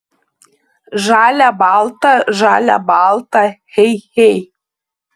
žalia balta žalia balta hey hey